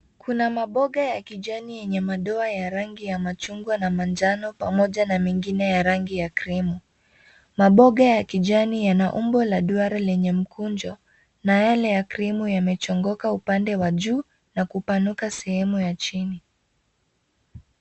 Kuna maboga ya kijani yenye madoa ya rangi ya machungwa na manjano pamoja na mengine ya rangi ya krimu. Maboga ya kijani yana umbo la duara lenye mkunjo na yale ya krimu yamechongoka upande wa juu na kupanuka sehemu ya chini.